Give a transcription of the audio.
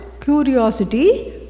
curiosity